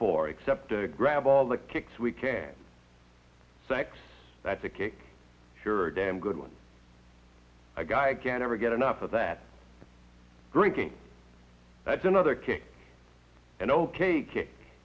for except i agree of all the kicks we can sex that's a kick here a damn good one a guy can ever get enough of that drinking that's another kick and ok kick